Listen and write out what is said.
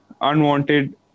unwanted